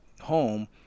home